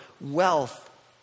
wealth